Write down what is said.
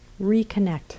reconnect